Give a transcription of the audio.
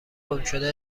گمشده